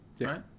right